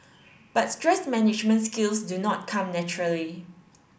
but stress management skills do not come naturally